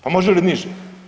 Pa može li niže?